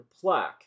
plaque